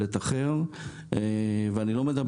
תנאי הסף